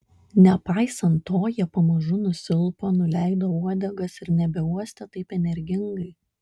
nepaisant to jie pamažu nusilpo nuleido uodegas ir nebeuostė taip energingai